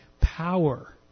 power